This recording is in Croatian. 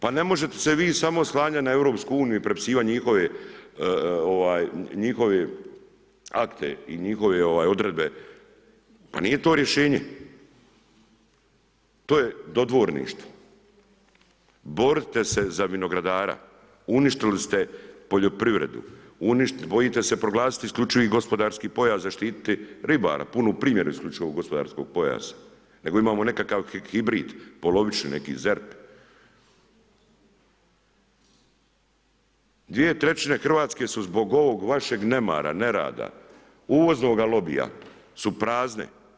Pa ne možete se vi samo oslanjat na EU i prepisivanje njihove akte i njihove odredbe pa nije to rješenje, to je dodvorništvo, borite se za vinogradara, uništili ste poljoprivredu, bojite se proglasiti isključivi gospodarski pojas, zaštitit ribara, punu primjeru isključivog gospodarskog pojasa, nego imamo nekakav hibrid, polovični neki ... Dvije trećine Hrvatske su zbog ovog vašeg nemara, nerada, uvoznoga lobija su prazne.